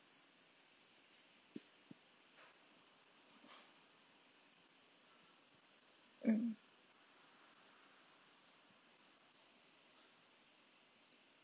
mm